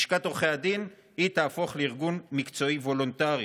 לשכת עורכי הדין תהפוך לארגון מקצועי וולונטרי.